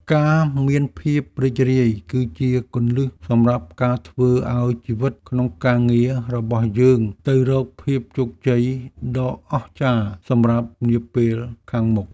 ការមានភាពរីករាយគឺជាគន្លឹះសម្រាប់ការធ្វើឱ្យជីវិតក្នុងការងាររបស់យើងទៅរកភាពជោគជ័យដ៏អស្ចារ្យសម្រាប់នាពេលខាងមុខ។